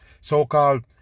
so-called